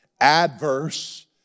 adverse